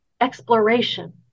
exploration